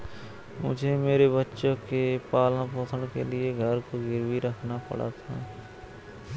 मुझे मेरे बच्चे के पालन पोषण के लिए घर को गिरवी रखना पड़ा था